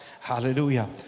hallelujah